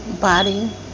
body